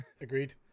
agreed